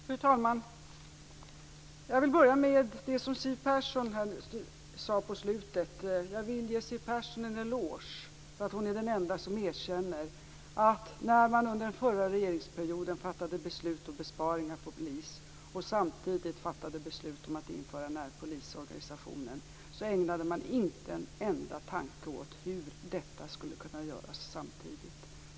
Fru talman! Jag vill börja med det som Siw Persson sade på slutet. Jag vill ge henne en eloge för att hon är den enda som erkänner att man när man under den förra regeringsperioden fattade beslut om besparingar inom polisen, och samtidigt fattade beslut om att införa närpolisorganisationen, inte ägnade en enda tanke åt hur detta skulle kunna göras samtidigt.